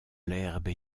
l’herbe